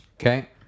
Okay